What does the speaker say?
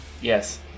Yes